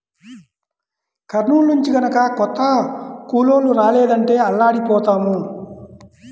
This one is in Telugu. కర్నూలు నుంచి గనక కొత్త కూలోళ్ళు రాలేదంటే అల్లాడిపోతాం